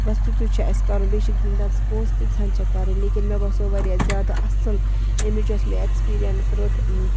بَس تِتھُے چھُ اَسہِ کَرُن بیٚیہِ چھِکھ دِنۍ تَتس پونٛسہٕ تیٖژہن چھَکھ کَرٕنۍ لیکِن مےٚ باسیو وارِیاہ زیادٕ اَصٕل اَمِچ یۄس مےٚ اٮ۪کٕسپیرینٕس رٔٹۍ